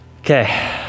Okay